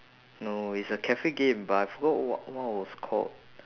no it's a cafe game but I forgot what what it was called